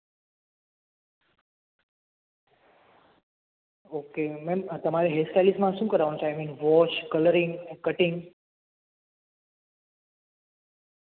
okay ma'am તમારે હેરસ્ટાઈલીસ્ટમાં શું કરાવવાનું છે I mean wash colouring cutting